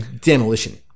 Demolition